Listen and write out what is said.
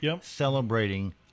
celebrating